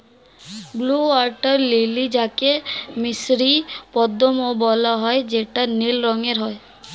blue water lily যাকে মিসরীয় পদ্মও বলা হয় যেটা নীল রঙের হয়